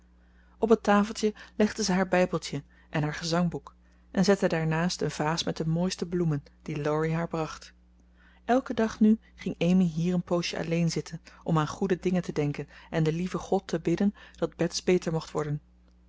op het tafeltje legde zij haar bijbeltje en haar gezangboek en zette daarnaast een vaas met de mooiste bloemen die laurie haar bracht elken dag nu ging amy hier een poosje alleen zitten om aan goede dingen te denken en den lieven god te bidden dat bets beter mocht worden